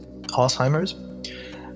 Alzheimer's